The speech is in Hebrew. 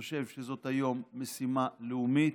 אני חושב שזו היום משימה לאומית,